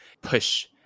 push